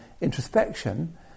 introspection